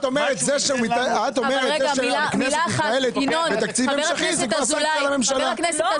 את אומרת כשהכנסת מתנהלת בתקציב המשכי וזאת כבר סנקציה לממשלה.